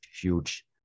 huge